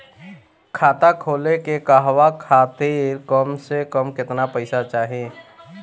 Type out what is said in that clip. खाता खोले के कहवा खातिर कम से कम केतना पइसा चाहीं?